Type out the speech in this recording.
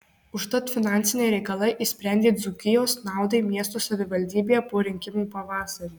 užtat finansiniai reikalai išsprendė dzūkijos naudai miesto savivaldybėje po rinkimų pavasarį